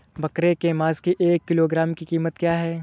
बकरे के मांस की एक किलोग्राम की कीमत क्या है?